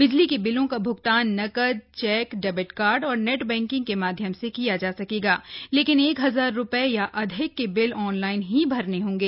बिजली के बिलों का भ्गतान नकद चैक डेबिट कार्ड और नेट बैंकिंग के माध्यम से किया जा सकेगा लेकिन एक हजार रुपये या अधिक के बिल ऑनलाइन ही भरने होंगे